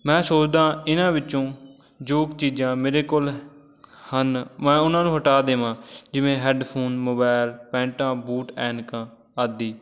ਮੈਂ ਸੋਚਦਾਂ ਇਹਨਾਂ ਵਿੱਚੋਂ ਜੋ ਚੀਜ਼ਾਂ ਮੇਰੇ ਕੋਲ ਹਨ ਮੈਂ ਉਹਨਾਂ ਨੂੰ ਹਟਾ ਦੇਵਾਂ ਜਿਵੇਂ ਹੈੱਡਫੋਨ ਮੋਬਾਇਲ ਪੈਂਟਾਂ ਬੂਟ ਐਨਕਾਂ ਆਦਿ